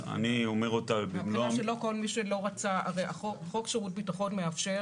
לא כל מי שלא רצה הרי חוק שירות ביטחון מאפשר